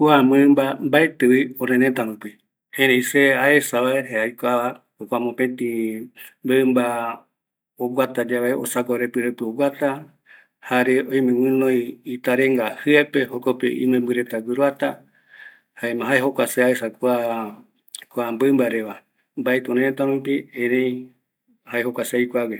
Kua mɨmba mbaetɨvi örërëta rupi, erei se aesa va jaeko mopetɨ mɨmba oguata yave osaguarepɨ repɨ oguata, jare oime guinoi itarenga jɨepe, jokope imembɨ reta guiroata, jae jokua se aesa kua mɨmba reva, mbaetɨ örërëta rupi